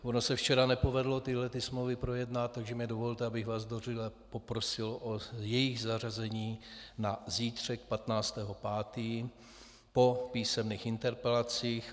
Ono se včera nepovedlo tyhle ty smlouvy projednat, takže mi dovolte, abych vás zdvořile poprosil o jejich zařazení na zítřek, 15. 5., po písemných interpelacích.